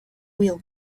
wheel